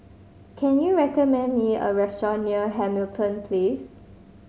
can you recommend me a restaurant near Hamilton Place